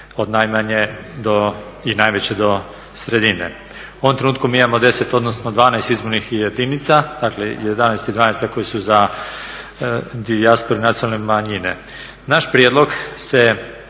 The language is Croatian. od najmanje i najveće do sredine. U ovom trenutku mi imamo 10, odnosno 12 izbornih jedinica. Dakle jedanaesta i dvanaesta koje su za dijasporu i nacionalne manjine. Naš prijedlog se